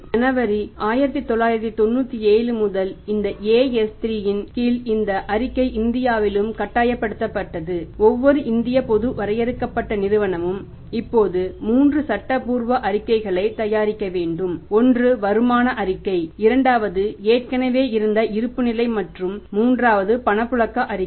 ஜனவரி 1997 முதல் இந்த AS3 இன் கீழ் இந்த அறிக்கை இந்தியாவிலும் கட்டாயப்படுத்தப்பட்டது ஒவ்வொரு இந்திய பொது வரையறுக்கப்பட்ட நிறுவனமும் இப்போது 3 சட்டப்பூர்வ அறிக்கைகளைத் தயாரிக்க வேண்டும் ஒன்று வருமானம் அறிக்கை இரண்டாவது ஏற்கனவே இருந்த இருப்புநிலை மற்றும் மூன்றாவது பணப்புழக்க அறிக்கை